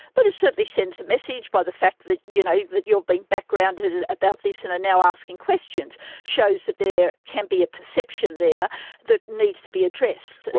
but it certainly sends a message by the fact that you know that you've been backgrounded about this and are now asking questions. it shows that there can be a perception there that needs to be addressed, and